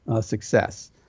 success